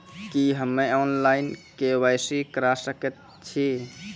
की हम्मे online, KYC करा सकैत छी?